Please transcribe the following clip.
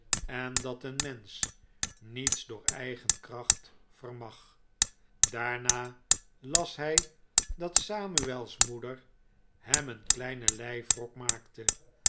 en dat een mensch niets door eigen kracht vermag daarna las hij dat samuel's moeder hem een kleinen lijfrok maakte